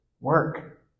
work